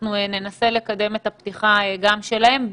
אנחנו ננסה לקדם את הפתיחה שלהם,